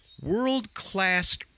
world-class